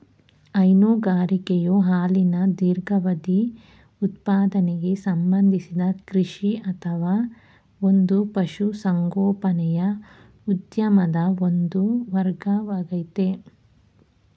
ಹೈನುಗಾರಿಕೆಯು ಹಾಲಿನ ದೀರ್ಘಾವಧಿ ಉತ್ಪಾದನೆಗೆ ಸಂಬಂಧಿಸಿದ ಕೃಷಿ ಅಥವಾ ಒಂದು ಪಶುಸಂಗೋಪನೆಯ ಉದ್ಯಮದ ಒಂದು ವರ್ಗವಾಗಯ್ತೆ